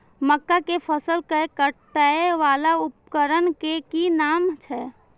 मक्का के फसल कै काटय वाला उपकरण के कि नाम छै?